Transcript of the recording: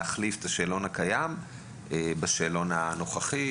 הם יצטרכו להחליף את השאלון הקיים בשאלון הנוכחי.